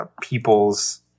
peoples